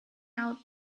out